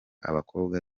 abakobwa